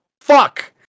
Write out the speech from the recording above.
fuck